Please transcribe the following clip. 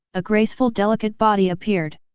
a graceful delicate body appeared.